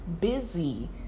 busy